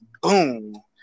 Boom